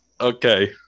Okay